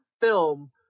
film